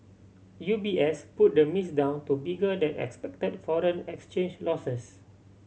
U B S put the miss down to bigger than expected foreign exchange losses